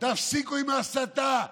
תפסיקו עם ההסתה.